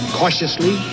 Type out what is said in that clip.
cautiously